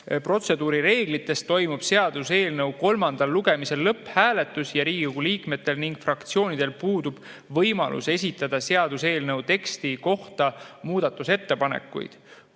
protseduurireeglitest toimub seaduseelnõu kolmandal lugemisel lõpphääletus ning Riigikogu liikmetel ja fraktsioonidel puudub võimalus esitada seaduseelnõu teksti kohta muudatusettepanekuid.